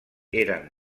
eren